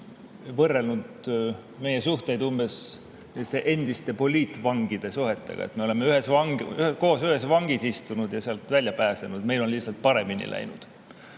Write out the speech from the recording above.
võrrelnud meie suhteid endiste poliitvangide suhetega: me oleme koos ühes vangis istunud ja sealt välja pääsenud. Meil on lihtsalt paremini läinud. Mulle